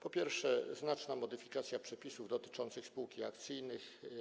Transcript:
Po pierwsze, znaczna modyfikacja przepisów dotyczących spółki